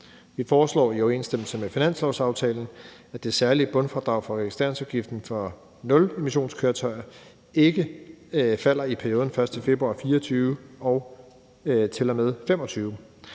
Vi foreslår i overensstemmelse med finanslovsaftalen, at det særlige bundfradrag for registreringsafgiften for nulemissionskøretøjer ikke falder i perioden 1. februar 2024 til og med 2025,